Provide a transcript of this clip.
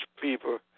people